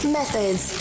methods